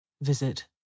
Visit